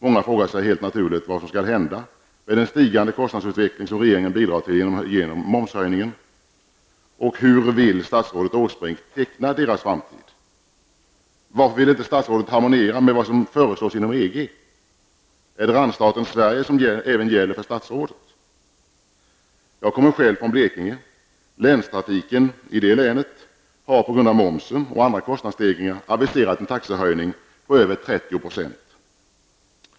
Många frågar sig helt naturligt vad som skall hända med den stigande kostnadsutveckling som regeringen bidrar till genom momshöjningen. Hur vill statsrådet Åsbrink teckna deras framtid? Varför vill inte statsrådet harmoniera med vad som föreslås inom EG? Är det randstaten Sverige som även gäller för statsrådet? Jag kommer själv från Blekinge. Länstrafiken i detta län har på grund av momsen och andra kostnadsstegringar aviserat en taxehöjning på över 30 %.